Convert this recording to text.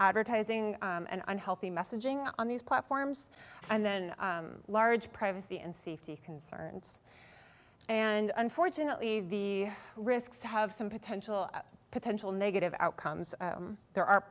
advertising and unhealthy messaging on these platforms and then large privacy and safety concerns and unfortunately the risks have some potential potential negative outcomes there are